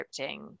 scripting